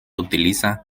utiliza